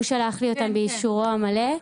הוא שלח לי אותן באישורו המלא.